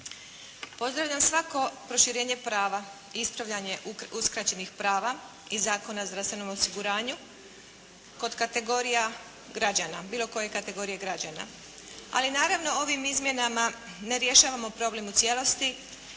Pozdravljam svako proširenje prava i ispravljanje uskraćenih prava iz Zakona o zdravstvenom osiguranju kod kategorija građana, bilo koje kategorije građana. Ali naravno ovim izmjenama ne rješavamo problem u cijelosti